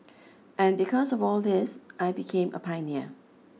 and because of all this I became a pioneer